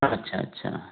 अच्छा अच्छा